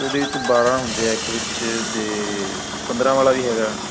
ਉਹਦੇ 'ਚ ਬਾਰਾਂ ਹੁੰਦੇ ਆ ਇੱਕ ਵਿੱਚ ਅਤੇ ਪੰਦਰਾਂ ਵਾਲਾ ਵੀ ਹੈਗਾ